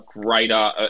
greater